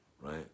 right